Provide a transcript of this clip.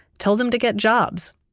tell them to get jobs.